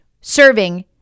serving